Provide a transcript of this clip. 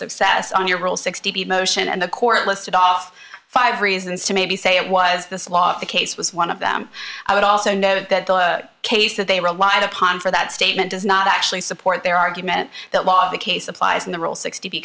success on your real sixty motion and the court listed off five reasons to maybe say it was this law the case was one of them i would also note that the case that they relied upon for that statement does not actually support their argument that while the case applies in the real sixty